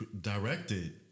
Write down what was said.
directed